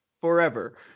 Forever